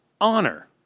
honor